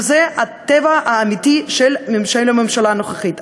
וזה הטבע האמיתי של הממשלה הנוכחית.